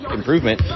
improvement